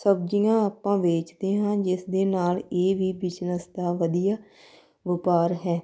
ਸਬਜ਼ੀਆਂ ਆਪਾਂ ਵੇਚਦੇ ਹਾਂ ਜਿਸ ਦੇ ਨਾਲ ਇਹ ਵੀ ਬਿਜਨਸ ਦਾ ਵਧੀਆ ਵਪਾਰ ਹੈ